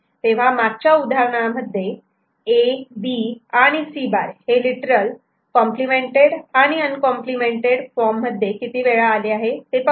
तेव्हा मागच्या उदाहरणांमध्ये A B आणि C' हे लिटरल कॉम्प्लिमेंटेड आणि अनकॉम्प्लिमेंटेड फॉर्ममध्ये किती वेळा आले आहे ते पाहू